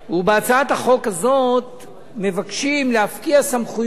בהצעת החוק הזאת מבקשים להפקיע סמכויות